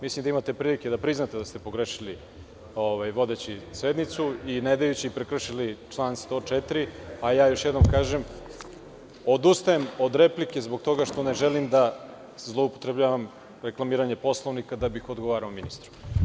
Mislim da imate prilike da priznate da ste pogrešili vodeći sednicu i ne dajući prekršili član 104. a ja još jednom kažem odustajem od replike zbog toga što ne želim da zloupotrebljavam reklamiranje Poslovnika da bih odgovarao ministru.